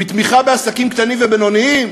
מתמיכה בעסקים קטנים ובינוניים?